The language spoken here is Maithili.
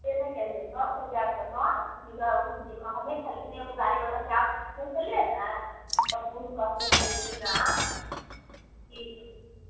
से नहि केलियै दश हजार से नहि मुदा ओ जे कहने छलखिन ने एगो गाड़ी बला से आओर पुछने छलियै ने तऽ हुन कहने छलखिनऽ कि जे